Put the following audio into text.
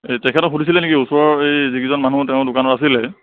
এই তেখেতক শুধিছিলে নেকি ওচৰৰ এই যি কেইজন মানুহ তেওঁৰ দোকানত আছিলে